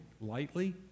lightly